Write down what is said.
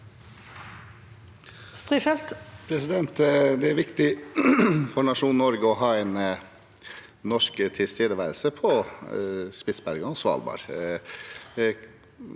Det er viktig for nasjonen Norge å ha norsk tilstedeværelse på Spitsbergen og Svalbard.